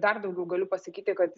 dar daugiau galiu pasakyti kad